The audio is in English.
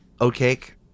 Oatcake